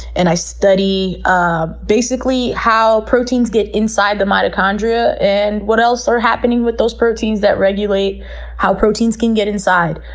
and i study, ah basically, how proteins get inside the mitochondria and what else are happening with those proteins that regulate how proteins can get inside.